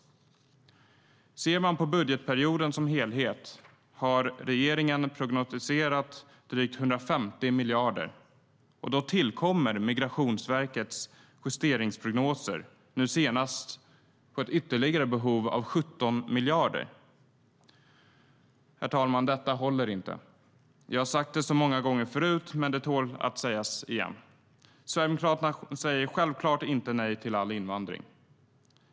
För budgetperioden som helhet har regeringen prognostiserat drygt 150 miljarder. Sedan tillkommer Migrationsverkets justeringsprognoser, nu senast med ytterligare behov av 17 miljarder. Herr talman! Detta håller inte. Jag har sagt det många gånger förut, men det tål att sägas igen. Sverigedemokraterna säger självklart inte nej till all invandring.